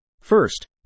First